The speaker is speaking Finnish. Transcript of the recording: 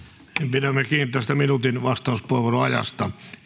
pidämme kiinni tästä minuutin vastauspuheenvuoroajasta